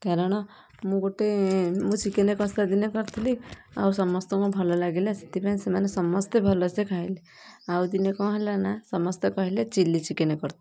କାରଣ ମୁଁ ଗୋଟେ ମୁଁ ଚିକେନ କଷା ଦିନେ କରିଥିଲି ଆଉ ସମସ୍ତଙ୍କୁ ଭଲ ଲାଗିଲା ସେଥିପାଇଁ ସେମାନେ ସମସ୍ତେ ଭଲ ସେ ଖାଇଲେ ଆଉ ଦିନେ କ'ଣ ହେଲା ନା ସମସ୍ତେ କହିଲେ ଚିଲି ଚିକେନ କରିଦେ